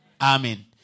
Amen